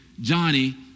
Johnny